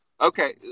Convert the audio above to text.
Okay